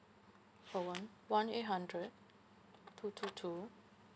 for one one eight hundred two two two